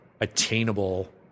attainable